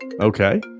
Okay